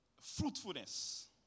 fruitfulness